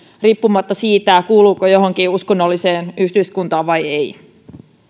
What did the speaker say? riippumatta siitä kuuluuko johonkin uskonnolliseen yhdyskuntaan vai ei